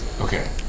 Okay